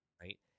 Right